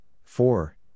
four